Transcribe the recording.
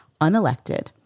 unelected